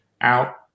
out